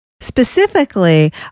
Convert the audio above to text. Specifically